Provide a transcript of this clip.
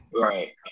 Right